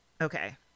Okay